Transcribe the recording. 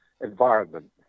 environment